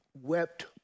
wept